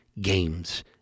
games